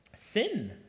sin